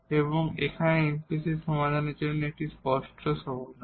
এবং এখন ইমপ্লিসিট সমাধানের জন্য এটি স্পষ্ট সমাধান